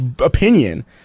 opinion